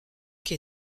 qui